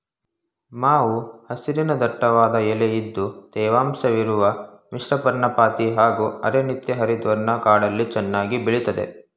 ಮಾವು ಹಸಿರಿನ ದಟ್ಟವಾದ ಎಲೆ ಇದ್ದು ತೇವಾಂಶವಿರುವ ಮಿಶ್ರಪರ್ಣಪಾತಿ ಹಾಗೂ ಅರೆ ನಿತ್ಯಹರಿದ್ವರ್ಣ ಕಾಡಲ್ಲಿ ಚೆನ್ನಾಗಿ ಬೆಳಿತದೆ